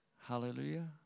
Hallelujah